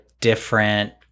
different